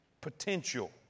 potential